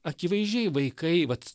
akivaizdžiai vaikai vat